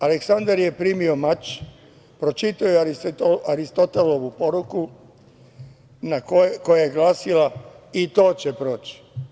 Aleksandar je primio mač, pročitao je Aristotelovu poruku koja je glasila - I to će proći.